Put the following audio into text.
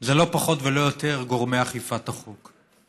זה לא פחות ולא יותר גורמי אכיפת החוק.